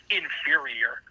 inferior